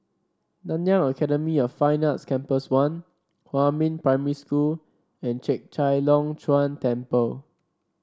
Nanyang Academy of Fine Arts Campus One Huamin Primary School and Chek Chai Long Chuen Temple